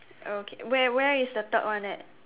okay where where is the third one at